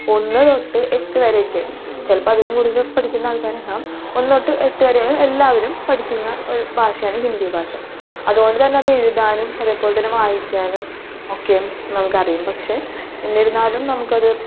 ഒന്ന് തൊട്ട് എട്ട് വരേക്ക് ചിലപ്പോൾ അതിലും കൂടുതൽ പഠിക്കുന്ന ആൾക്കാരുണ്ടാകും ഒന്ന് തൊട്ട് എട്ട് വരെ എല്ലാവരും പഠിക്കുന്ന ഒരു ഭാഷയാണ് ഹിന്ദി ഭാഷ അത് കൊണ്ടുതന്നെ അതെഴുതാനും അതേപോലെത്തന്നെ വായിക്കാനും ഒക്കെയും നമുക്കറിയും പക്ഷെ എന്നിരുന്നാലും നമുക്കത്